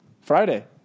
Friday